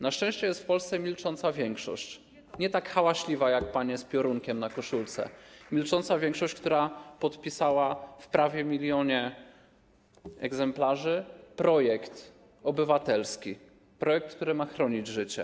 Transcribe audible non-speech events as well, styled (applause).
Na szczęście jest w Polsce milcząca większość, nie tak hałaśliwa jak panie z piorunkiem na koszulce, (applause) milcząca większość, która podpisała w prawie 1 mln egzemplarzy projekt obywatelski, projekt, który ma chronić życie.